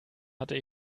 hatte